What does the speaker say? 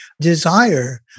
desire